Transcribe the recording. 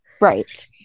Right